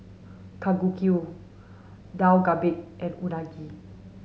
Kalguksu Dak Galbi and Unagi